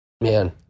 Man